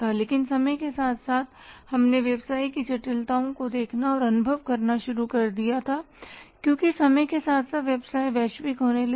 लेकिन समय के साथ साथ हमने व्यवसायों की जटिलताओं को देखना और अनुभव करना शुरू कर दिया क्योंकि समय के साथ व्यवसाय वैश्विक होने लगे